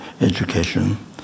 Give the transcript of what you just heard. education